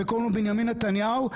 וקוראים לו בנימין נתניהו.